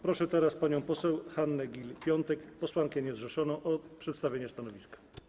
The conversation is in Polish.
Proszę teraz panią poseł Hannę Gill-Piątek, posłankę niezrzeszoną, o przedstawienie stanowiska.